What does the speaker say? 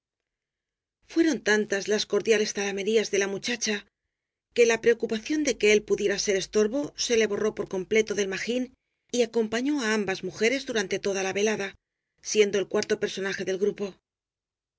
fueron tantas las cordiales zalamerías de la mu chacha que la preocupación de que él pudiera ser estorbo se le borró por completo del magín y acompañó á ambas mujeres durante toda la velada siendo el cuarto personaje del grupo